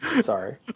Sorry